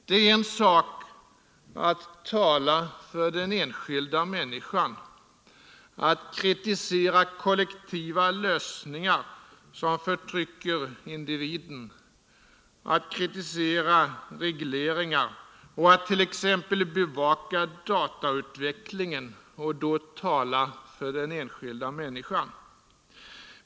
Det är en sak att tala för den enskilda människan, att kritisera kollektiva lösningar som förtrycker individen, att kritisera regleringar och att t.ex. bevaka datautvecklingen och då tala för den enskilda människan.